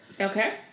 Okay